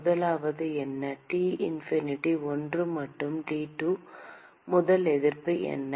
முதலாவது என்ன T infinity 1 மற்றும் T1 முதல் எதிர்ப்பு என்ன